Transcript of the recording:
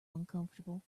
uncomfortable